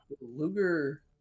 Luger